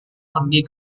pergi